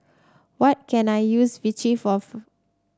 what can I use Vichy for